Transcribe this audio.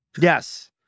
Yes